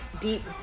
deep